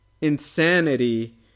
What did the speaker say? insanity